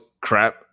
crap